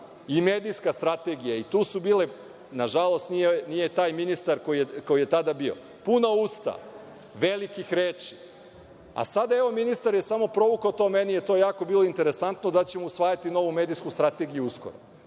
i medijska strategija i tu su bile, nažalost nije taj ministar koji je tada bio, puna usta velikih reči, a sada je ministar provukao, meni je to bilo jako interesantno, da ćemo usvajati novu medijsku strategiju uskoro.